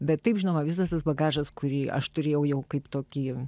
bet taip žinoma visas tas bagažas kurį aš turėjau jau kaip tokiem